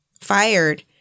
fired